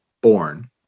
born